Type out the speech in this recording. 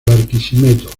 barquisimeto